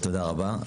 תודה רבה.